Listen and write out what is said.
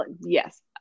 yes